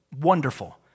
wonderful